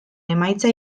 emaitza